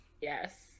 Yes